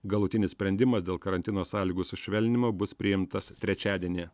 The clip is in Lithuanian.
galutinis sprendimas dėl karantino sąlygų sušvelninimo bus priimtas trečiadienį